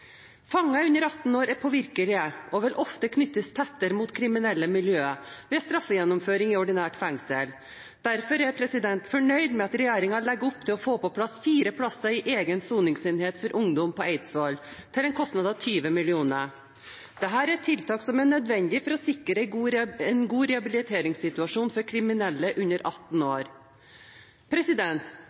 under 18 år er påvirkelige, og vil ofte knyttes tettere opp mot kriminelle miljøer ved straffegjennomføring i ordinært fengsel. Derfor er jeg fornøyd med at regjeringen legger opp til å få på plass fire plasser i en egen soningsenhet for ungdom på Eidsvoll til en kostnad av 20 mill. kr. Dette er et tiltak som er nødvendig for å sikre en god rehabiliteringssituasjon for kriminelle under 18 år.